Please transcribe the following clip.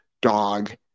dog